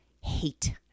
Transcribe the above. hate